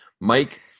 Mike